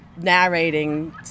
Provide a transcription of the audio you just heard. narrating